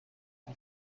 nta